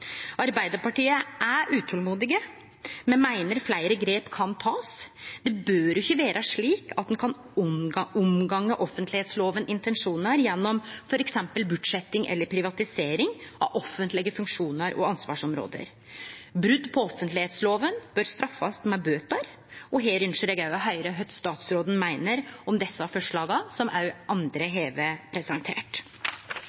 Arbeidarpartiet er utolmodige. Me meiner fleire grep kan takast. Det bør ikkje vere slik at ein kan omgå intensjonane i offentleglova gjennom f.eks. bortsetjing eller privatisering av offentlege funksjonar og ansvarsområde. Brot på offentleglova bør straffast med bøter. Her ønskjer eg òg å høyre kva statsråden meiner om desse forslaga, som òg andre